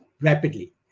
rapidly